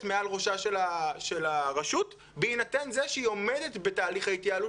מעל ראשה של הרשות בהינתן זה שהיא עומדת בתהליך ההתייעלות,